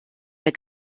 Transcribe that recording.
der